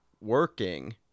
working